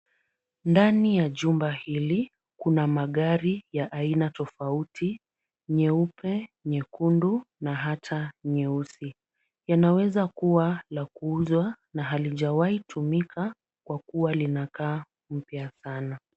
Ndani ya jumba hili, kuna magari ya aina tofauti, nyeupe, nyekundu na hata nyeusi. Yanaweza kuwa la kuuzwa na halijawahitumika kwa kuwa linakaa mpya sana.